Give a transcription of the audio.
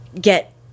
get